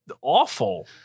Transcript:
awful